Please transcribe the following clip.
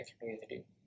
community